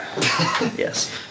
yes